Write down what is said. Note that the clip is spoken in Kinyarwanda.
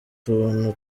tuntu